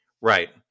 Right